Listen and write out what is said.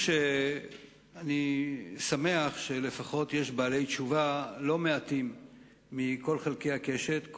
אני שמח שלפחות יש בעלי תשובה לא מעטים מכל חלקי הקשת,